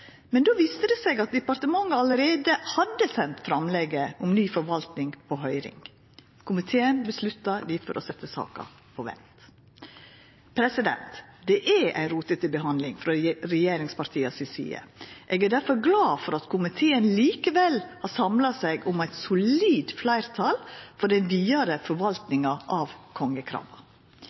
Men då viste det seg at departementet allereie hadde sendt framlegget om ny forvaltning på høyring. Komiteen vedtok difor å setja saka på vent. Det er ei rotete handsaming frå regjeringspartia si side. Eg er difor glad for at komiteen likevel har samla seg om eit solid fleirtal for den vidare forvaltninga av